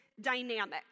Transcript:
dynamic